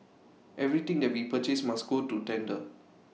everything that we purchase must go to tender